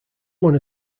one